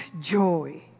joy